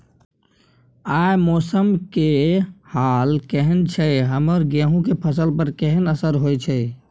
आय मौसम के हाल केहन छै हमर गेहूं के फसल पर केहन असर होय छै?